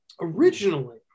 originally